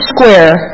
Square